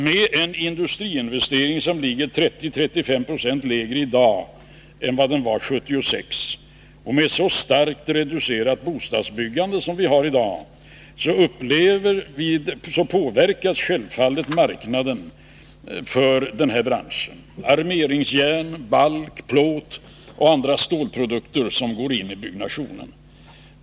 Med en industriinvestering som ligger 30-35 96 lägre i dag än den gjorde 1976 och med ett så starkt reducerat bostadsbyggande som vii dag har påverkas självfallet marknaden för den här branschen — det gäller armeringsjärn, balk, plåt och andra stålprodukter som går in i byggnationen.